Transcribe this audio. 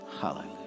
Hallelujah